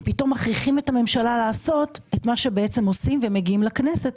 פתאום מכריחים את הממשלה לעשות את מה שבעצם עושים ומגיעים לכנסת,